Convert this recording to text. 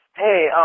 Hey